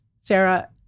Sarah-